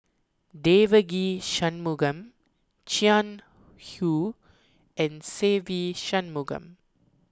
Devagi Sanmugam Jiang Hu and Se Ve Shanmugam